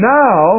now